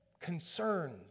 concerned